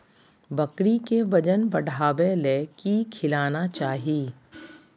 बकरी के वजन बढ़ावे ले की खिलाना चाही?